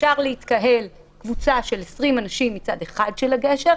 אפשר להתקהל קבוצה של 20 אנשים מצד אחד של הגשר,